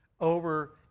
over